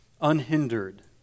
unhindered